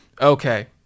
Okay